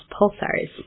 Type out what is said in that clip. pulsars